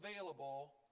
available